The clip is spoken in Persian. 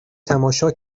تماشا